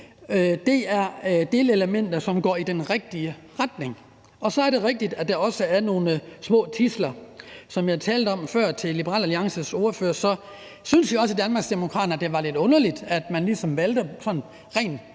er delelementer, som går i den rigtige retning. Så er det også rigtigt, at der er nogle små tidsler. Som jeg også talte om før over for Liberal Alliances ordfører, syntes vi også i Danmarksdemokraterne, at det var lidt underligt, at man fra regeringens side